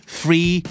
free